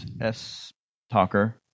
S-talker